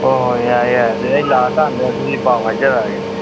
ꯍꯣꯏ ꯍꯣꯏ ꯌꯥꯔꯦ ꯌꯥꯔꯦ ꯑꯗꯨꯗꯤ ꯑꯩ ꯂꯥꯛꯑꯀꯥꯟꯗ ꯑꯗꯨꯗꯤ ꯄꯥꯎ ꯍꯥꯏꯖꯔꯛꯑꯒꯦ